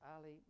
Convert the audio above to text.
Ali